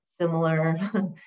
similar